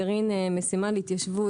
גרעין משימה להתיישבות,